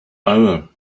hour